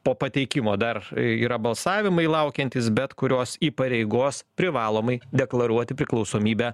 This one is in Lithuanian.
po pateikimo dar yra balsavimai laukiantys bet kurios įpareigos privalomai deklaruoti priklausomybę